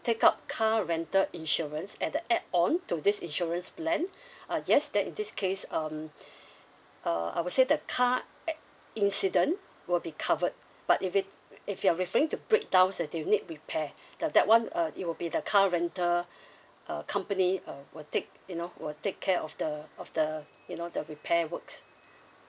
take up car rental insurance at the add on to this insurance plan uh yes then in this case um uh I would say the car ac~ incident will be covered but if it if you're referring to breakdowns that you need repair the that one uh it will be the car rental uh company uh will take you know will take care of the of the you know the repair works